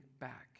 back